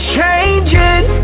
changing